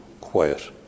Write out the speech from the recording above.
quiet